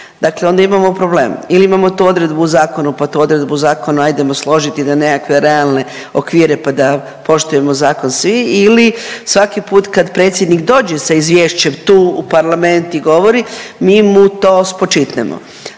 dakle onda imamo problem ili imamo tu odredbu u zakonu, pa tu odredbu zakona ajdemo složiti na nekakve realne okvire, pa da poštujemo zakon svi ili svaki put kad predsjednik dođe sa izvješćem tu u parlament i govori mi mu to spočitnemo,